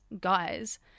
guys